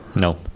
No